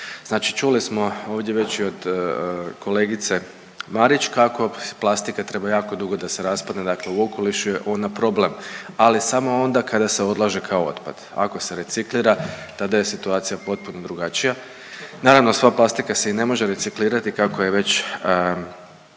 Znači čuli smo ovdje već i od kolegice Marić kako plastika treba jako dugo da se raspadne dakle u okolišu je ona problem ali samo onda kada se odlaže kao otpad. Ako se reciklira tada je situacija potpuno drugačija. Naravno sva plastika se i ne može reciklirati kako je već